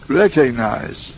recognize